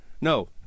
no